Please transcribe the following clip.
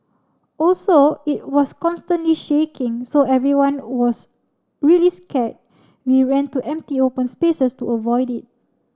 also it was constantly shaking so everyone was really scared we ran to empty open spaces to avoid it